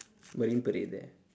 marine parade there